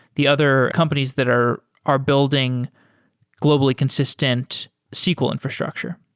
the other companies that are are building globally consistent sql infrastructure.